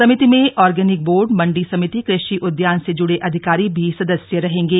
समिति में organic board mandi समिति कृषि उद्यान से जुड़े अधिकारी भी सदस्य रहेंगे